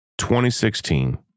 2016